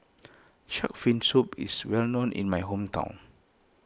Shark's Fin Soup is well known in my hometown